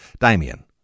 damien